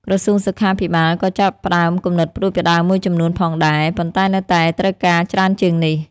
ក្រសួងសុខាភិបាល ក៏បានចាប់ផ្តើមគំនិតផ្តួចផ្តើមមួយចំនួនផងដែរ ប៉ុន្តែនៅតែត្រូវការច្រើនជាងនេះ។